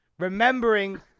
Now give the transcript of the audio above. Remembering